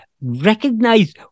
recognize